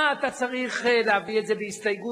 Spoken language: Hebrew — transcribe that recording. אנחנו רוצים להתקבל